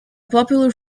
popular